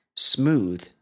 Smooth